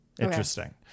Interesting